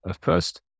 First